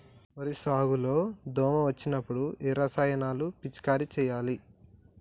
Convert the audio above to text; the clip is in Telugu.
వరి సాగు లో దోమ వచ్చినప్పుడు ఏ రసాయనాలు పిచికారీ చేయాలి?